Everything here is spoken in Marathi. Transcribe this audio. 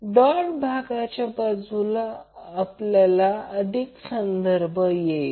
तर डॉट भागाच्या बाजूला आपल्याला अधिक संदर्भ येईल